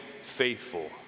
faithful